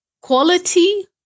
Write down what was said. quality